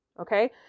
Okay